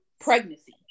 pregnancy